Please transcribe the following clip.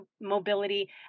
mobility